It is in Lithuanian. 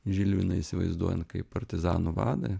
žilviną įsivaizduojant kaip partizanų vadą